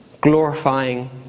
glorifying